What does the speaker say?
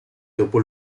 dopo